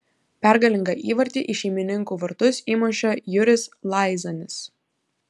pergalingą įvartį į šeimininkų vartus įmušė juris laizanis